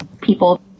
People